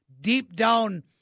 deep-down